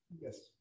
Yes